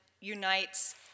unites